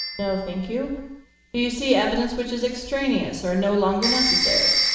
no, thank you. do you see evidence which is extraneous or no longer necessary?